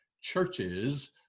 churches